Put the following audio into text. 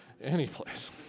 Anyplace